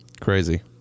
Crazy